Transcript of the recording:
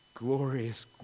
Glorious